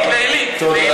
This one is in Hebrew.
איזה יומית, לילית, לילית.